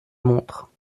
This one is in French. montre